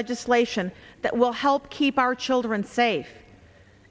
legislation that will help keep our children safe